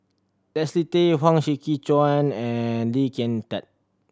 Leslie Tay Huang Shiqi Joan and Lee Kin Tat